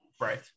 Right